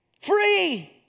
Free